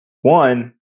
One